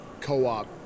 co-op